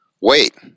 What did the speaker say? Wait